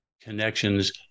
connections